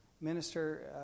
minister